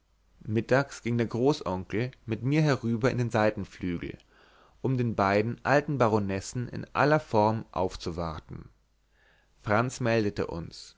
mittags ging der großonkel mit mir herüber in den seitenflügel um den beiden alten baronessen in aller form aufzuwarten franz meldete uns